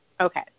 Okay